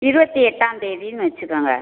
இருபத்தி எட்டாந்தேதின்னு வெச்சுக்கோங்க